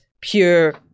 pure